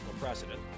precedent